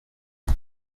aba